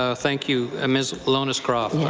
ah thank you. ah ms. lohnes-croft.